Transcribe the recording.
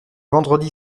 vendredi